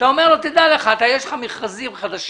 אתה אומר לו שהוא ידע שיש לו מכרזים חדשים,